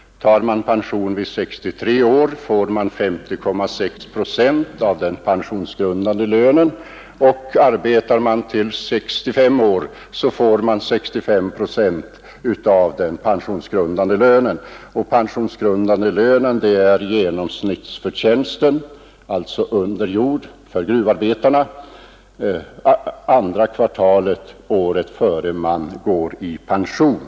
Går man i pension vid 63 år får man 50,6 procent av den pensionsgrundande lönen. Arbetar man till 65 år, får man 65 procent av den pensionsgrundande lönen. Pensionsgrundande lön är genomsnittsförtjänsten under jord för gruvarbetarna under andra kvartalet året innan man går i pension.